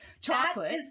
Chocolate